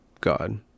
God